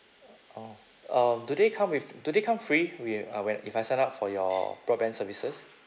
orh um do they come with do they come free wi~ uh whe~ if I sign up for your broadband services